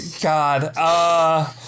God